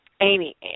Amy